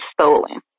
stolen